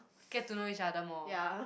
get to know each other more